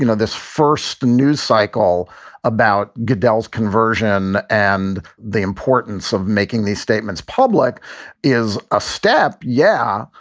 you know this first news cycle about goodell's conversion and the importance of making these statements public is a step. yeah,